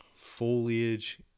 foliage